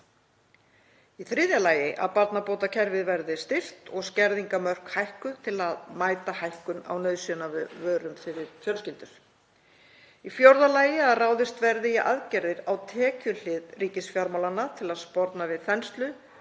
Í þriðja lagi að barnabótakerfið verði styrkt og skerðingarmörk hækkuð til að mæta hækkun á nauðsynjavörum fyrir fjölskyldur. Í fjórða lagi að ráðist verði í aðgerðir á tekjuhlið ríkisfjármálanna til að sporna við þenslu,